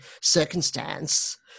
circumstance